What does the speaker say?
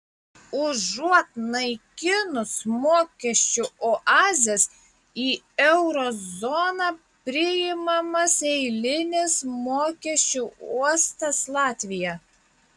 užuot naikinus mokesčių oazes į euro zoną priimamas eilinis mokesčių uostas latvija